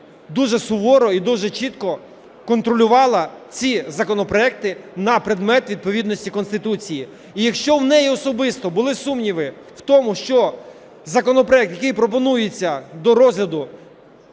дуже суворо і дуже чітко контролювала ці законопроекти на предмет відповідності Конституції. І, якщо у неї особисто були сумніви в тому, що законопроект, який пропонується до розгляду